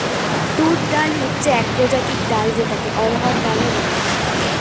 তুর ডাল হচ্ছে এক প্রজাতির ডাল যেটাকে অড়হর ডাল ও বলে